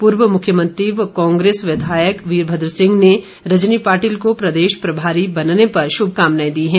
पूर्व मुख्यमंत्री व कांग्रेस विधायक वीरभद्र सिंह ने रजनी पाटिल को प्रदेश प्रभारी बनने पर श्भकामनाएं दी है